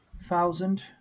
Thousand